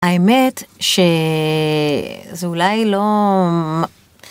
האמת ש... זה אולי לא...